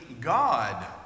God